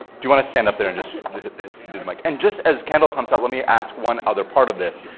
do you want to stand up there and just do the mike? and just as kendall comes up, let me ask one other part of this,